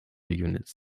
units